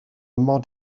mod